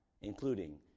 including